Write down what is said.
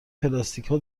پلاستیکها